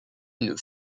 une